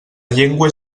llengua